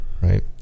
right